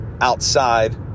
outside